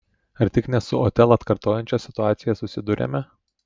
ar tik ne su otelą atkartojančia situacija susiduriame